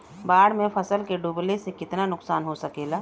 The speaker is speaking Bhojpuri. बाढ़ मे फसल के डुबले से कितना नुकसान हो सकेला?